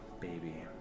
baby